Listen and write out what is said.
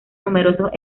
numerosos